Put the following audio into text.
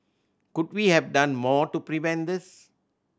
could we have done more to prevent this